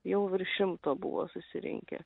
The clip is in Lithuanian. jau virš šimto buvo susirinkę